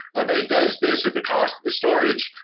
ah but it does this at the cost of the storage,